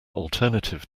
alternative